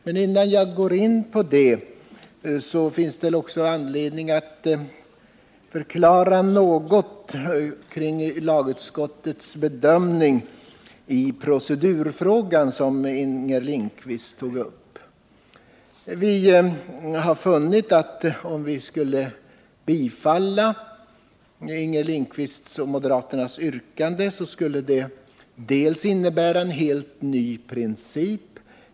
Men innan jag går in på detta finns det anledning att något förklara lagutskottets bedömning av procedurfrågan, som Inger Lindquist tog upp. Vi har funnit att om vi skulle tillstyrka Inger Lindquists och moderaternas yrkande, skulle det innebära en helt ny princip.